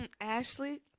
Ashley